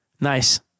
Nice